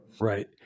Right